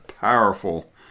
powerful